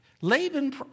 Laban